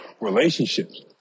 relationships